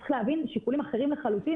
צריך להבין שאלה שיקולים אחרים לחלוטין